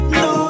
no